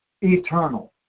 eternal